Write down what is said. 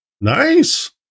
Nice